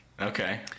Okay